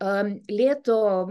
ar lėto